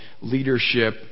leadership